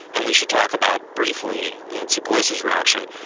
and we should talk about briefly nancy pelosi's reaction,